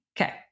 Okay